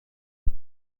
der